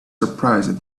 surprised